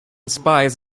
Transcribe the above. spies